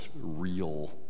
real